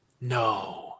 No